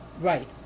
Right